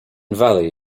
valley